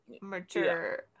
mature